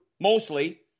Mostly